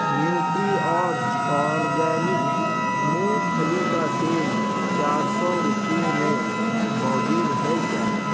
nutri اورج organic مونگ پھلی کا تیل چار سو روپیے میں موجود ہے کیا